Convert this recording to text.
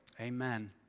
Amen